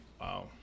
Wow